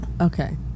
Okay